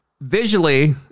visually